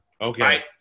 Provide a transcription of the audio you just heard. Okay